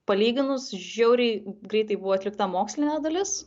palyginus žiauriai greitai buvo atlikta mokslinė dalis